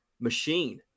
machine